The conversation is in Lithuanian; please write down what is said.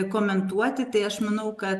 komentuoti tai aš manau kad